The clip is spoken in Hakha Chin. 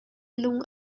lung